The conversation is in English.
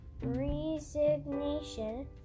resignation